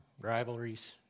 rivalries